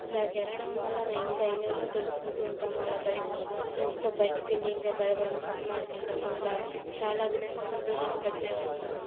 ఇలా జరగడం వల్ల ఇంకా ఎన్నెన్నో తెలుసుకుంటూ ఉంటాము అలా బయ ఫ్రెండ్స్తో బయటికి వెళ్లి ఇంకా గడపడం సినిమాలకి వెళ్లడం ఇలా చాలా విధంగా సంతోషంగా గడిపే వాళ్ళము